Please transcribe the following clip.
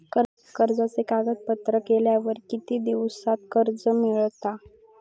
कर्जाचे कागदपत्र केल्यावर किती दिवसात कर्ज मिळता?